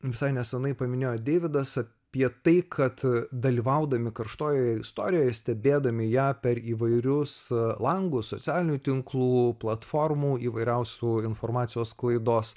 visai neseniai paminėjo deividas apie tai kad dalyvaudami karštojoje istorijoje stebėdami ją per įvairius langus socialinių tinklų platformų įvairiausių informacijos sklaidos